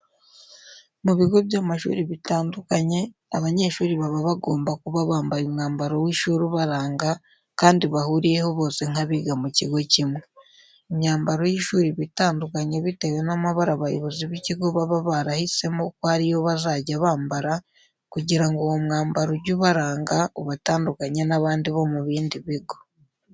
Mu bigo by'amashuri bitandukanye, abanyeshuri baba bagomba kuba bambaye umwambaro w'ishuri ubaranga kandi bahuriyeho bose nk'abiga mu kigo kimwe. Imyambaro y'ishuri iba itandukanye bitewe n'amabara abayobozi b'ikigo baba barahisemo ko ari yo bazajya bambara kugira ngo uwo mwambaro ujye ubaranga ubatandukanye n'abandi bo mu bindi bigo.